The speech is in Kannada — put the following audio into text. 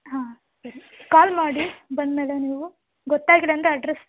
ಹಾಂ ಸರಿ ಕಾಲ್ ಮಾಡಿ ಬಂದ ಮೇಲೆ ನೀವು ಗೊತ್ತಾಗಿಲ್ಲ ಅಂದರೆ ಅಡ್ರೆಸ್